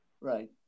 right